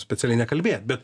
specialiai nekalbėt bet